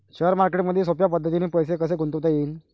Share मार्केटमधी सोप्या पद्धतीने पैसे कसे गुंतवता येईन?